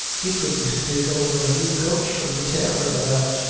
he couldn't take over a new coat from the tailor without.